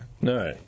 No